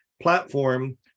platform